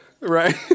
Right